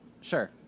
sure